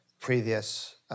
previous